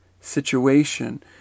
situation